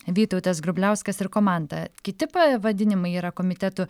vytautas grubliauskas ir komanda kiti pavadinimai yra komitetų